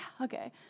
okay